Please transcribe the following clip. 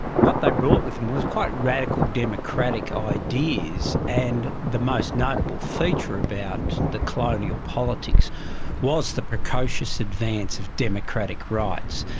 what they brought with them was quite radical democratic ideas, and the most notable feature about the colonial politics was the precocious advance of democratic rights.